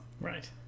right